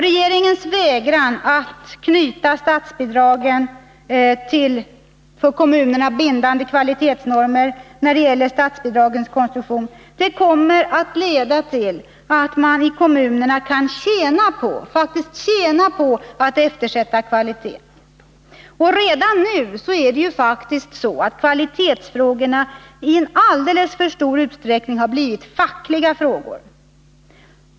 Regeringens vägran att anknyta statsbidragen till för kommunerna bindande kvalitetsnormer kommer att leda till att man i kommunerna kan tjäna på att eftersätta kvaliteten. Redan nu är det ju faktiskt så att kvalitetsfrågorna i alltför stor utsträckning har blivit fackliga frågor.